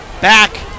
back